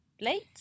Late